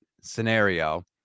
scenario